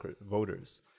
voters